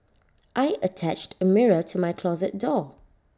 I attached A mirror to my closet door